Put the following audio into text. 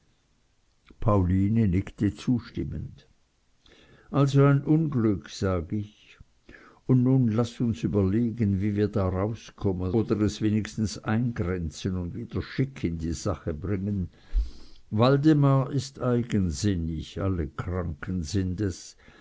pauline nickte zustimmend also ein unglück sag ich und nun laß uns überlegen wie wir da rauskommen oder es wenigstens eingrenzen und wieder schick in die sache bringen waldemar ist eigensinnig alle kranken sind es